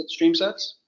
StreamSets